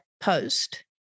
post